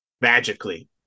magically